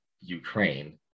Ukraine